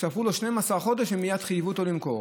ספרו לו 12 חודש ומייד חייבו אותו למכור.